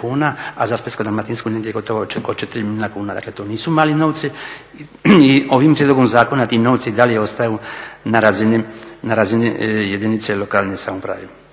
kuna, a za Splitsko-dalmatinsku negdje gotovo oko 4 milijuna kuna, dakle to nisu mali novci i ovim prijedlogom ti novci i dalje ostaju na razini jedinice lokalne samouprave.